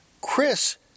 Chris